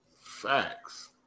Facts